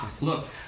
Look